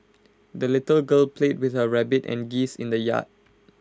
the little girl played with her rabbit and geese in the yard